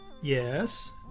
Yes